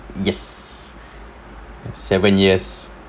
yes seven years